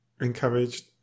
encouraged